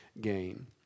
gain